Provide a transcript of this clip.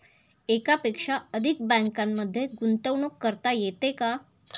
एकापेक्षा अधिक बँकांमध्ये गुंतवणूक करता येते का?